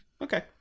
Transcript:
Okay